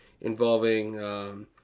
involving